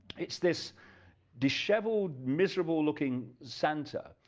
it's this disheveled miserable looking santa,